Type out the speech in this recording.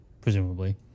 Presumably